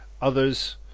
others